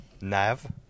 Nav